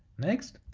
next,